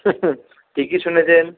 ঠিকই শুনেছেন